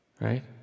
Right